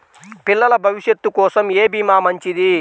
పిల్లల భవిష్యత్ కోసం ఏ భీమా మంచిది?